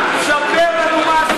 ספר לנו למה.